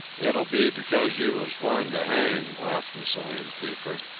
it'll be because you was born to hang, laughed the saloon-keeper.